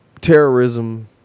terrorism